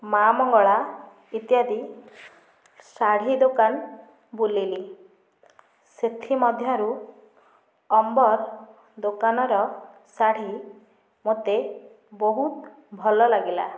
ମା ମଙ୍ଗଳା ଇତ୍ୟାଦି ଶାଢ଼ୀ ଦୋକାନ ବୁଲିଲି ସେଥିମଧ୍ୟରୁ ଅମ୍ବର୍ ଦୋକାନର ଶାଢ଼ୀ ମୋତେ ବହୁତ ଭଲ ଲାଗିଲା